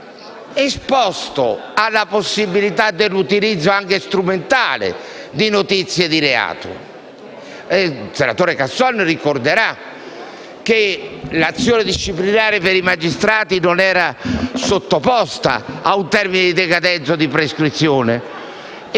Il senatore Casson ricorderà che l'azione disciplinare per i magistrati non era sottoposta a un termine di decadenza o prescrizione